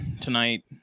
tonight